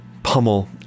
Pummel